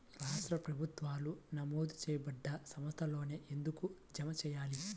రాష్ట్ర ప్రభుత్వాలు నమోదు చేయబడ్డ సంస్థలలోనే ఎందుకు జమ చెయ్యాలి?